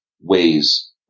ways